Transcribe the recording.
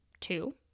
Two